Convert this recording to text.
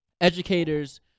educators